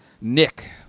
Nick